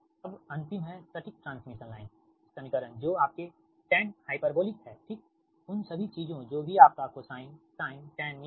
अब अंतिम है सटीक ट्रांसमिशन लाइन समीकरण जो आपके tan हाइपरबोलिक है ठीक उन सभी चीजों जो भी आपका cosinesin tan मिला है